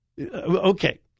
Okay